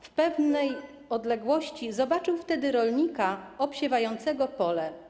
W pewnej odległości zobaczył wtedy rolnika obsiewającego pole.